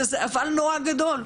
וזזה אבל נורא גדול,